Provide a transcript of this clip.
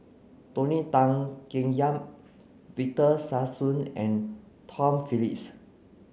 Tony Tan Keng Yam Victor Sassoon and Tom Phillips